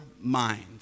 mind